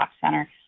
center